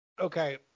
Okay